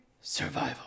Survival